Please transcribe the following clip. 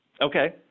Okay